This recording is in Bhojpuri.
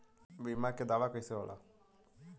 बीमा के दावा कईसे होला?